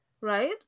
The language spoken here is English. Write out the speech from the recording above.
right